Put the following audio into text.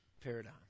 paradigm